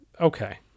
Okay